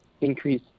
increase